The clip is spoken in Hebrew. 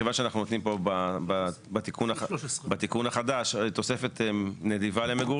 כיוון שאנחנו נותנים פה בתיקון החדש תוספת נדיבה למגורים,